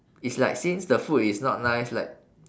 it's like since the food is not nice like